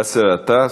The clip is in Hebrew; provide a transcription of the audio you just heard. באסל גטאס,